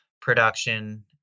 production